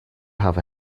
have